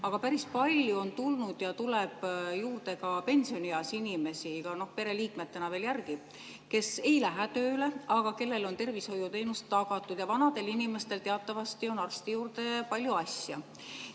Aga päris palju on tulnud ja tuleb juurde ka pensionieas inimesi, ka pereliikmetena veel järele, kes ei lähe tööle, aga kellele on tervishoiuteenus tagatud. Aga vanadel inimestel teatavasti on arsti juurde palju asja.